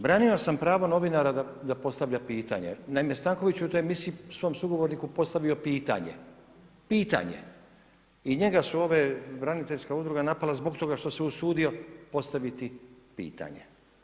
Branio sam pravo novinara da postavlja pitanje, naime Stanković u toj emisiji svom sugovorniku je postavio pitanje, pitanje i njega su ove braniteljske udruge napale zbog toga što se usudio postaviti pitanje.